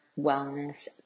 wellness